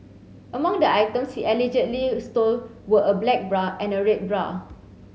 among the items he allegedly stole were a black bra and a red bra